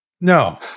No